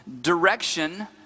Direction